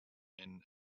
men